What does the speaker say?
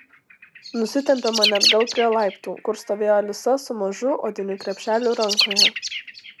nusitempė mane atgal prie laiptų kur stovėjo alisa su mažu odiniu krepšeliu rankoje